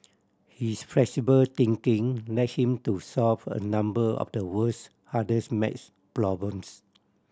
his flexible thinking led him to solve a number of the world's hardest maths problems